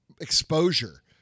exposure